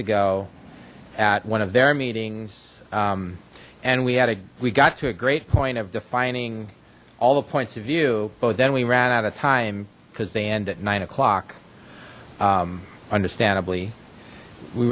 ago at one of their meetings and we had a we got to a great point of defining all the points of view but then we ran out of time because they end at nine o'clock understandably we